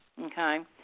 Okay